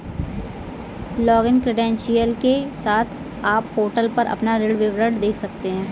login credential के साथ, आप पोर्टल पर अपना ऋण विवरण देख सकते हैं